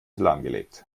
lahmgelegt